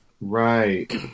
Right